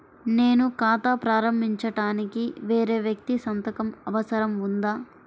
నేను ఖాతా ప్రారంభించటానికి వేరే వ్యక్తి సంతకం అవసరం ఉందా?